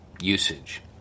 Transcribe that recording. usage